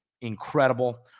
incredible